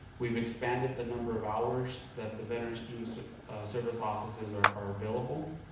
we've expanded the number of hours that the veteran students service offices are are available.